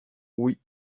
oui